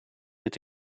het